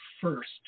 first